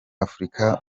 afurika